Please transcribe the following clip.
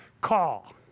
call